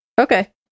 Okay